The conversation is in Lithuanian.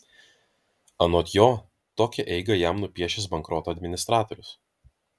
anot jo tokią eigą jam nupiešęs bankroto administratorius